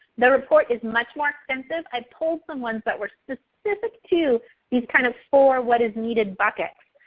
the report is much more extensive. i pulled some ones that were specific to these kind of four what is needed buckets.